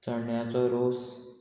चण्याचो रोस